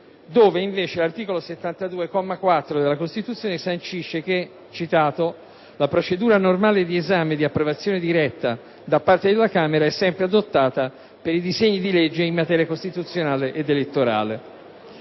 laddove l'articolo 72, comma 4 della Costituzione sancisce invece che: "La procedura normale di esame e di approvazione diretta da parte della Camera è sempre adottata per i disegni di legge in materia costituzionale ed elettorale